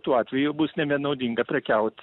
tuo atveju bus nebenaudinga prekiaut